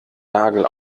nagel